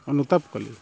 ଅନୁତାପ କଲି